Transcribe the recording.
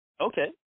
Okay